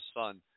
son